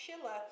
Schiller